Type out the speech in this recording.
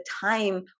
time